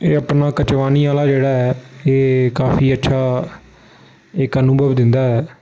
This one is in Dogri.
एह् अपना कुंजवानी आह्ला जेह्ड़ा ऐ एह् काफी अच्छा इक अनुभव दिंदा ऐ